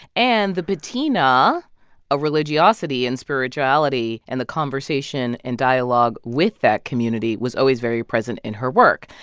and the patina of religiosity and spirituality and the conversation and dialogue with that community was always very present in her work.